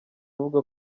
avuga